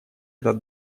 этот